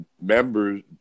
members